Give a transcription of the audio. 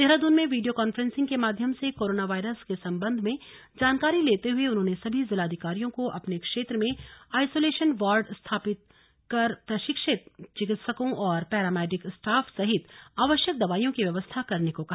देहरादून में video conferencing के माध्यम से कोरोना वायरस के संबंध में जानकारी लेते हुए उन्होंने सभी जिलाधिकारियों को अपने क्षेत्र में आइसोलेशन वॉर्ड स्थापित कर प्रशिक्षित चिकित्सकों और पैरामेडिक स्टाफ सहित आवश्यक दवाईयों की व्यवस्था करने को कहा